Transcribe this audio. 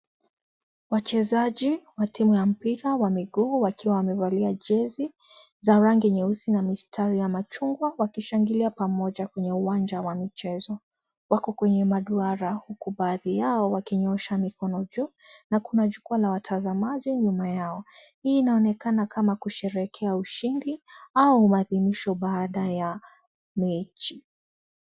Wachezaji wa timu ya mpira wamegowo wakiwa wamevalia jezi za rangi nyeusi na mistari ya machungwa wakishangilia pamoja kwenye uwanja wa michezo. Wako kwenye madwara huku baadhi yao wakinyoosha mikono juu na kuna jukwaa la watazamaji nyuma yao. Hii inaonekana kusherekea ushindi au audhimisho baada ya mechi.